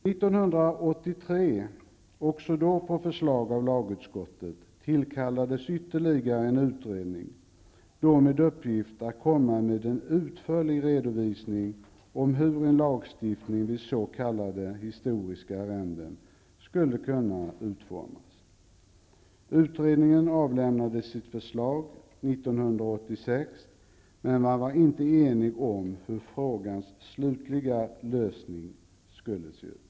1983, även då på förslag av lagutskottet, tillkallades ytterligare en utredning, denna gång med uppgift att komma med en utförlig redovisning av hur en lagstiftning vid s.k. historiska arrenden skulle kunna utformas. Utredningen avlämnade sitt förslag 1986, men man var inte enig om hur frågans slutliga lösning skulle se ut.